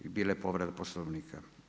Bila je povreda Poslovnika.